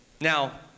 Now